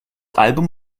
album